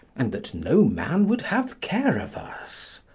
and that no man would have care of us.